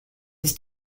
his